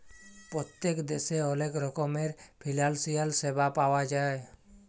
পত্তেক দ্যাশে অলেক রকমের ফিলালসিয়াল স্যাবা পাউয়া যায়